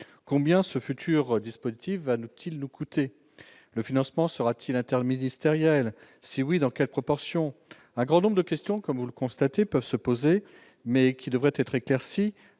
combien ce futur dispositif va nous qu'il nous coûter le financement sera-t-il interministérielle si oui dans quelle proportion, un grand nombre de questions, comme vous le constatez, peuvent se poser mais qui devrait être éclaircies